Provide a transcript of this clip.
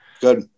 Good